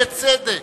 ובצדק.